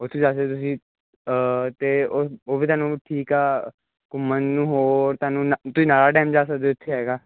ਉੱਥੇ ਜਾ ਕੇ ਤੁਸੀਂ ਅਤੇ ਉਹ ਵੀ ਤੁਹਾਨੂੰ ਠੀਕ ਆ ਘੁੰਮਣ ਨੂੰ ਹੋਰ ਤੁਹਾਨੂੰ ਤੁਹੀਂ ਨਾਹਰ ਡੈਮ ਜਾ ਸਕਦੇ ਇੱਥੇ ਹੈਗਾ